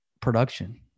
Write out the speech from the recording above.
production